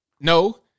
No